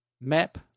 Map